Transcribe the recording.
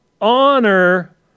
Honor